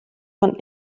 von